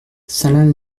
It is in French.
salins